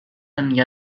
enllà